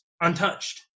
untouched